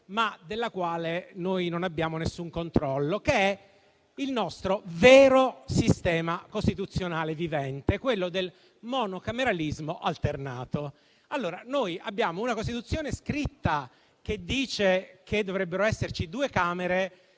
ma della quale noi non abbiamo alcun controllo. Sto parlando del nostro vero sistema costituzionale vivente, che è quello del monocameralismo alternato. Noi abbiamo una Costituzione scritta che prevede che dovrebbero esserci due Camere